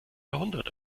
jahrhundert